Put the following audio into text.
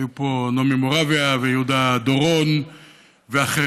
היו פה נעמי מורביה ויהודה דורון ואחרים,